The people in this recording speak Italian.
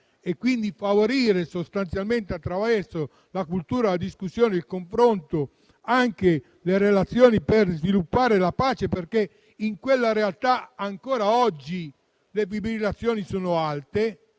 e quindi di favorire attraverso la cultura, la discussione, il confronto le relazioni per sviluppare la pace, perché in quella realtà ancora oggi le fibrillazioni sono alte.